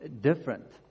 different